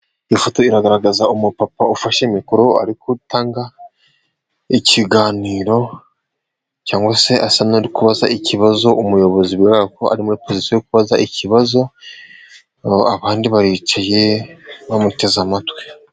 Ifoto iragaragaza umupapa ufashe mikoro ariko utanga ikiganiro, cyangwa se asa n' uri kubaza ikibazo umuyobozi kuko ari muri pozisiyo yo kubaza ikibazo; abandi baricaye bamuteze amatwi.